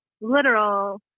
literal